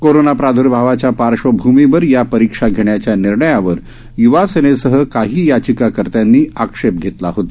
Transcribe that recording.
corona प्रादर्भावाच्या पार्श्वभूमीवर या परीक्षा घेण्याच्या निर्णयावर य्वा सेनेसह काही याचिकाकर्त्यांनी आक्षेप घेतला होता